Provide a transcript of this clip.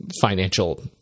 financial